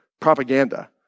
propaganda